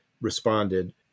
responded